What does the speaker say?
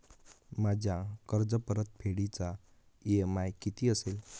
माझ्या कर्जपरतफेडीचा इ.एम.आय किती असेल?